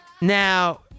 Now